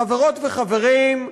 חברות וחברים,